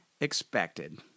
expected